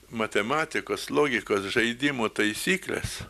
matematikos logikos žaidimo taisyklės